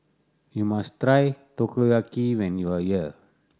you must try Takoyaki when you are here